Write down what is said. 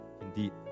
indeed